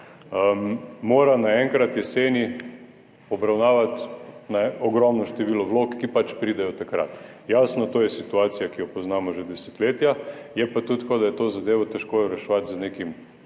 mora naenkrat jeseni obravnavati ogromno število vlog, ki pač pridejo takrat. Jasno, to je situacija, ki jo poznamo že desetletja. Je pa tudi tako, da je to zadevo težko reševati z nekim